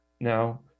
now